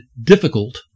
difficult